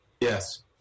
yes